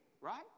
right